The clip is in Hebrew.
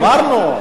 אמרנו.